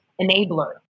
enabler